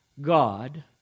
God